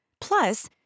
Plus